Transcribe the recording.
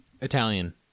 Italian